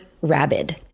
rabid